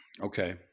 Okay